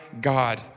God